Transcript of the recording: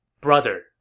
Brother